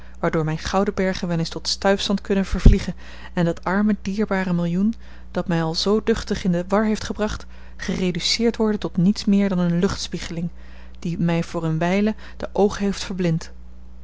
waardoor mijne gouden bergen wel eens tot stuifzand kunnen vervliegen en dat arme dierbare millioen dat mij al zoo duchtig in de war heeft gebracht gereduceerd worden tot niets meer dan eene luchtspiegeling die mij voor eene wijle de oogen heeft verblind